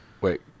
Wait